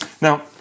Now